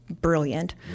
brilliant